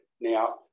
Now